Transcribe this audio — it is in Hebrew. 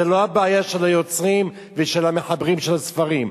זה לא הבעיה של היוצרים ושל המחברים של הספרים.